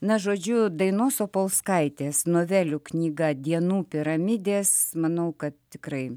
na žodžiu dainos opolskaitės novelių knyga dienų piramidės manau kad tikrai